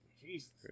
Jesus